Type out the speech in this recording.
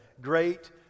great